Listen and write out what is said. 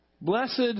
Blessed